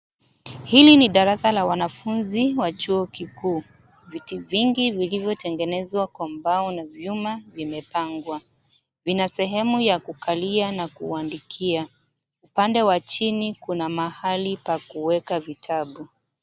Hili ni darasa la wanafunzi wa chuo kikuu. Viti vingi vilivyotengenezwa kwa mbao na vyuma vimepangwa. Vina sehemu ya kukalia na kuandikia. Upande wa chini kuna mahali pa kuweka vitabu.